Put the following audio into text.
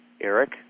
Eric